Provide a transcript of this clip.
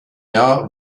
jahr